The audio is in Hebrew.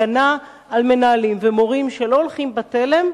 הגנה על מנהלים ומורים שלא הולכים בתלם,